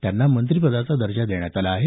त्यांना मंत्रिपदाचा दर्जा देण्यात आला आहे